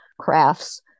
crafts